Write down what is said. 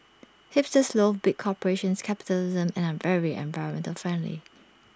hipsters loath big corporations capitalism and are very environmental friendly